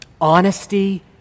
Honesty